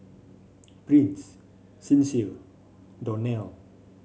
Prince Sincere Donell